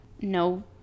no